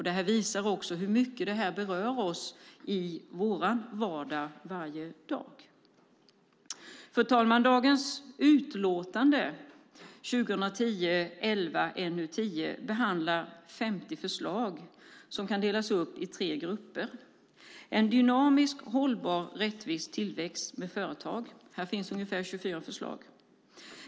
Det här visar också hur mycket det här berör oss varje dag i vår vardag. Fru talman! Dagens utlåtande 2010/11:NU10 behandlar 50 förslag som kan delas upp i tre grupper. Den första är en dynamisk, hållbar och rättvis tillväxt med företagen. Här finns 24 förslag.